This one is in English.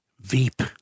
Veep